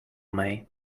may